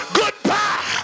goodbye